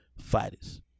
fighters